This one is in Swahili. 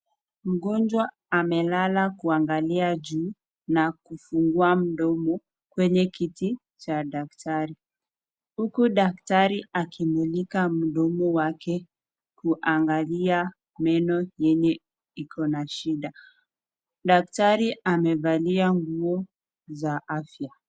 Mgonjwa amelala kuangalia juu na kufungua mdomo kwenye kiti cha daktari, huku daktari akimulika mdomo wake kuangalia meno yenye iko na shida. Daktari amevalia nguo za afya.